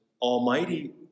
almighty